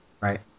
Right